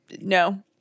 no